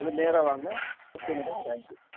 நேராக வாங்க okay madam thank you